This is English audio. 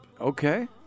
Okay